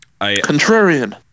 Contrarian